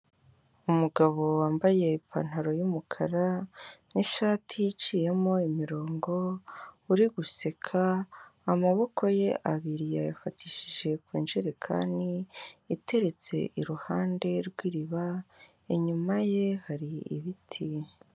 Umugabo wambaye ipantaro y'umukara n'ishati iciyemo imirongo uri guseka, amaboko ye abiri yayafatishije ku njerekani iteretse iruhande rw'iriba, inyuma ye hari ibiti.